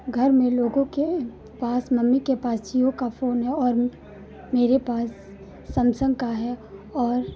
घर में लोगों के पास मम्मी के पास जिओ का फ़ोन है और मेरे पास सैमसंग का है और